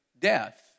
death